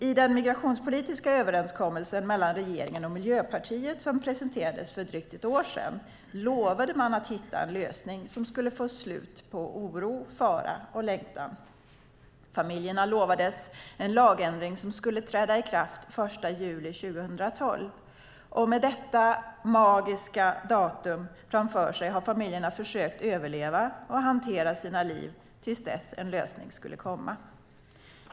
I den migrationspolitiska överenskommelsen mellan regeringen och Miljöpartiet som presenterades för drygt ett år sedan lovade man att hitta en lösning som skulle få slut på oro, fara och längtan. Familjerna lovades en lagändring som skulle träda i kraft den 1 juli 2012, och med detta magiska datum framför sig har familjerna försökt överleva och hantera sina liv till dess en lösning skulle komma.